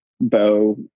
Bo